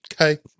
Okay